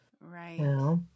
Right